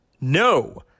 No